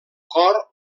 cor